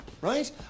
right